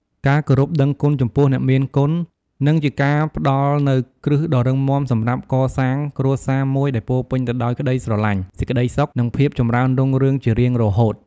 ការគោរពដឹងគុណចំពោះអ្នកមានគុណ និងជាការផ្តល់នូវគ្រឹះដ៏រឹងមាំសម្រាប់កសាងគ្រួសារមួយដែលពោរពេញទៅដោយក្តីស្រឡាញ់ សេចក្តីសុខ និងភាពចម្រើនរុងរឿងជារៀងរហូត។